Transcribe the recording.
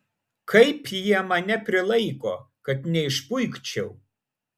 kaip jie mane prilaiko kad neišpuikčiau